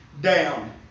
down